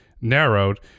narrowed